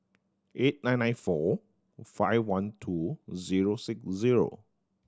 eight nine nine four five one two zero six zero